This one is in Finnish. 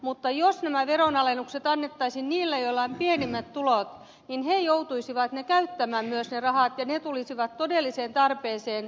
mutta jos nämä veronalennukset annettaisiin niille joilla on pienimmät tulot niin he joutuisivat käyttämään myös ne rahat ja ne tulisivat todelliseen tarpeeseen